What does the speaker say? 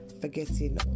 forgetting